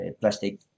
plastic